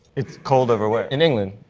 it's cold over where? in england.